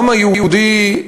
העם היהודי,